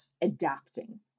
adapting